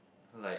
like